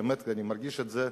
באמת אני מרגיש את זה,